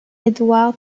edward